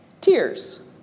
Tears